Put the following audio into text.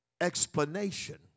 explanation